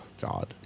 God